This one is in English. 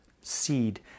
seed